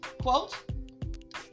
quote